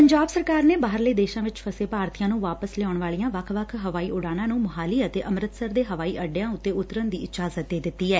ਪੰਜਾਬ ਸਰਕਾਰ ਨੇ ਬਾਹਰਲੇ ਦੇਸ਼ਾ ਵਿਚ ਫਸੇ ਭਾਰਤੀਆਂ ਨੂੰ ਵਾਪਸ ਲਿਆਊਣ ਵਾਲੀਆਂ ਵੱਖ ਵੱਖ ਹਵਾਈ ਉਡਾਣਾਂ ਨੂੰ ਮੁਹਾਲੀ ਅਤੇ ਅੰਮੁਤਸਰ ਦੇ ਹਵਾਈ ਅੱਡਿਆਂ ਉੱਤੇ ਉਤਰਨ ਦੀ ਇਜਾਜ਼ਤ ਦੇ ਦਿੱਤੀ ਐ